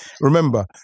remember